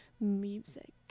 music